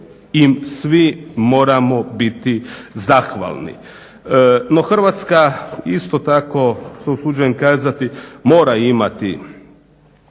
im svi moramo biti zahvalni. No, Hrvatska isto tako se usuđujem kazati mora imati